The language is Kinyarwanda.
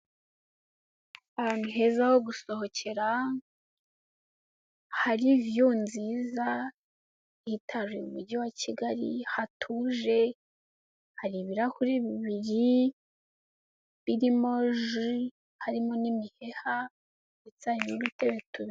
Ahantu heza ho gusohokera, hari viyu nziza, hitaru mu mujyi wa Kigali hatuje, hari ibirahuri bibiri birimo ji ,harimo n'imiheha ndetse hari n'udutebe tubiri.